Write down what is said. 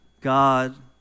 God